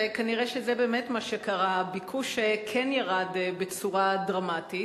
כנראה זה באמת מה שקרה: הביקוש כן ירד בצורה דרמטית,